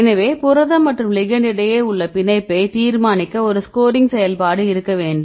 எனவே புரதம் மற்றும் லிகெண்ட் இடையே உள்ள பிணைப்பை தீர்மானிக்க ஒரு ஸ்கோரிங் செயல்பாடு இருக்க வேண்டும்